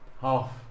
half